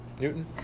Newton